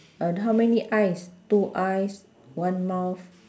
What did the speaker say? uh how many eyes two eyes one mouth